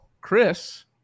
Chris